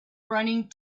running